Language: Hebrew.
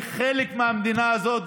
אני חלק מהמדינה הזאת,